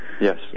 Yes